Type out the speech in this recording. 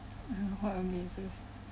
uh what amazes